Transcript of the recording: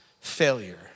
failure